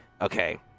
Okay